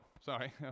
sorry